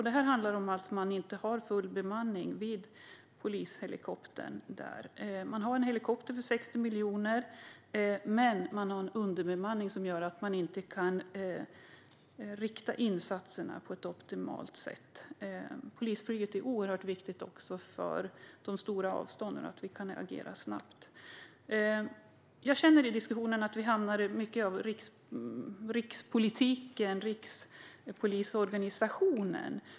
Det handlar om att man inte har full bemanning vid polishelikoptern i regionen. Man har en helikopter för 60 miljoner, men man har en underbemanning som innebär att man inte kan rikta insatserna på ett optimalt sätt. Polisflyget är oerhört viktigt för att kunna agera snabbt med tanke på de stora avstånden. Mycket av diskussionen här handlar om rikspolitiken och rikspolisorganisationen.